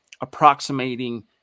approximating